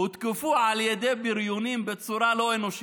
הותקפו על ידי בריונים בצורה לא אנושית.